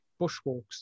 bushwalks